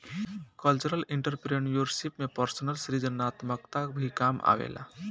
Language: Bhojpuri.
कल्चरल एंटरप्रेन्योरशिप में पर्सनल सृजनात्मकता भी काम आवेला